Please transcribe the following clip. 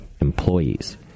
employees